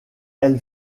elle